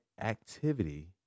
activity